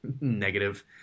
negative